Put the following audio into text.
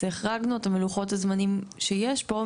החרגנו אותו מלוחות המנים שיש פה,